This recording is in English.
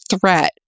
threat